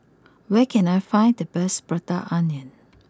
where can I find the best Prata Onion